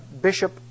bishop